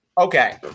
Okay